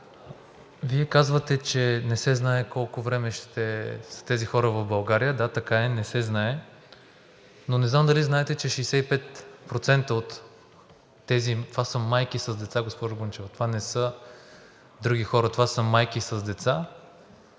Вие казвате, че не се знае колко време ще са тези хора в България. Да, така е, не се знае, но не знам дали знаете, че от тези 65% това са майки с деца, госпожо Гунчева, това не са други хора, това са майки с деца.